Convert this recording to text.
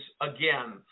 again